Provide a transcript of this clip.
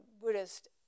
Buddhist